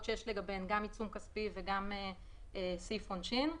שיש לגביהן גם עיצום כספי וגם סעיף עונשין.